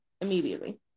immediately